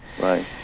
Right